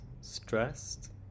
stressed